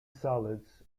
salads